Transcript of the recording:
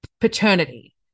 paternity